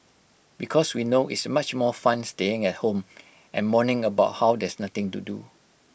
because we know it's much more fun staying at home and moaning about how there's nothing to do